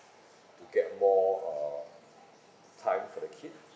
to get more um time for the kid